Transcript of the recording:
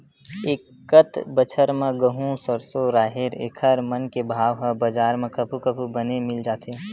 एकत बछर म गहूँ, सरसो, राहेर एखर मन के भाव ह बजार म कभू कभू बने मिल जाथे